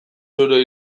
zure